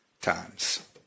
times